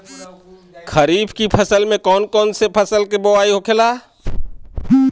खरीफ की फसल में कौन कौन फसल के बोवाई होखेला?